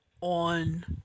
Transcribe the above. on